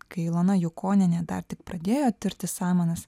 kai ilona jukonienė dar tik pradėjo tirti samanas